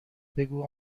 بگو